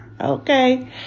Okay